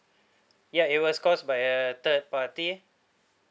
ya it was caused by a third party